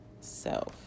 Self